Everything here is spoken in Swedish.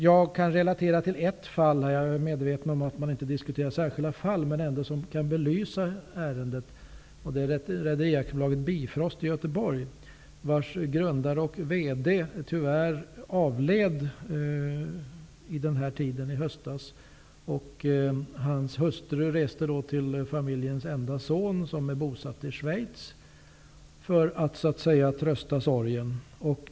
Jag kan relatera till ett fall, även om jag är medveten om att vi inte skall diskutera enskilda fall, som kan belysa ärendet. Det gäller Rederiaktiebolaget Bifrost i Göteborg, vars grundare och VD tyvärr avled vid denna tid i höstas. Hans hustru reste då till familjens enda son som är bosatt i Schweiz för att trösta sig.